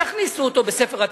שיכניסו אותו בספר התקציב,